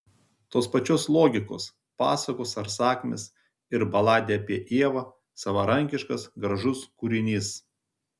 tos pačios logikos pasakos ar sakmės ir baladė apie ievą savarankiškas gražus kūrinys